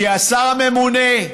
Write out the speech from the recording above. כי השר הממונה,